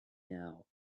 now